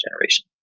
generation